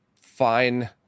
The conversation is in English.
fine